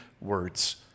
words